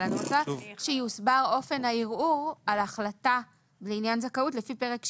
אבל אני רוצה שיוסבר אופן הערעור על החלטה לעניין זכאות לפי פרק שני1,